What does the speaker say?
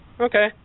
Okay